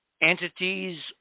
entities